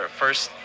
first